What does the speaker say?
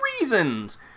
reasons